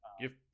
Give